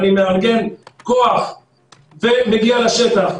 אני מארגן כוח ומגיע לשטח.